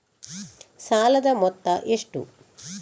ಸಾಲದ ಮೊತ್ತ ಎಷ್ಟು?